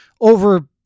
over